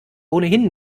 ohnehin